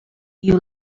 you